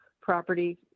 property